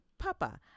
Papa